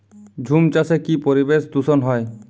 ঝুম চাষে কি পরিবেশ দূষন হয়?